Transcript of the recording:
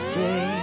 day